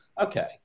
okay